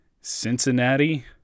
Cincinnati